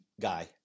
guy